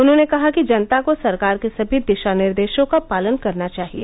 उन्होंने कहा कि जनता को सरकार के सभी दिशानिर्देशों का पालन करना चाहिए